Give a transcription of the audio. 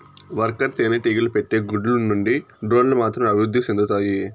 worker తేనెటీగలు పెట్టే గుడ్ల నుండి డ్రోన్లు మాత్రమే అభివృద్ధి సెందుతాయి